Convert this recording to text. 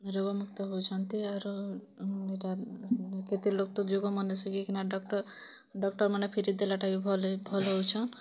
ରୋଗମୁକ୍ତ ହଉଛନ୍ତି ଆରୁ ଇଟା କେତେ ଲୋକ୍ ତ ଯୋଗ ମନେ ସିଖେଇ କିନା ଡକ୍ଟର୍ ଡକ୍ଟର୍ମାନେ ଫିରେଇ ଦେଲାଟା ବି ଭଲ୍ ଭଲ୍ ହଉଛନ୍